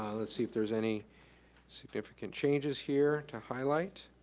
let's see if there's any significant changes here to highlight.